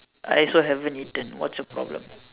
I also haven't eaten what's your problem